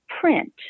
print